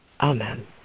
amen